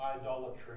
idolatry